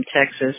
Texas